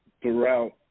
throughout